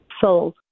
sold